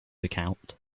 account